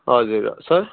हजुर सर